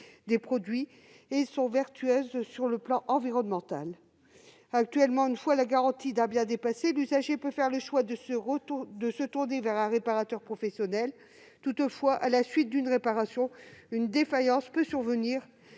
des produits tout en étant vertueuses sur le plan environnemental. Actuellement, une fois la garantie d'un bien dépassée, l'usager peut faire le choix de se tourner vers un réparateur professionnel. Toutefois, à la suite d'une réparation, une défaillance peut survenir